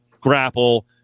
grapple